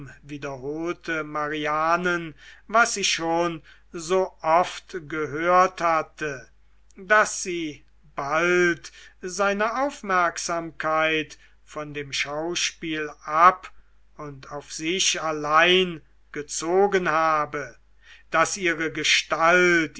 wiederholte marianen was sie schon so oft gehört hatte daß sie bald seine aufmerksamkeit von dem schauspiel ab und auf sich allein gezogen habe daß ihre gestalt